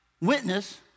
witness